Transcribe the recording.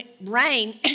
rain